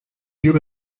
yeux